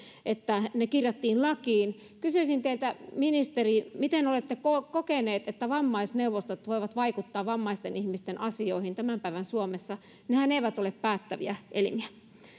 että ne kirjattiin lakiin kysyisin teiltä ministeri miten olette kokeneet että vammaisneuvostot voivat vaikuttaa vammaisten ihmisten asioihin tämän päivän suomessa nehän eivät ole päättäviä elimiä